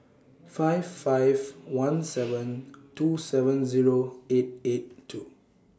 five five one seven two seven Zero eight eight two